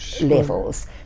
levels